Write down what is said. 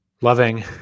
loving